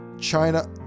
China